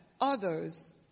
others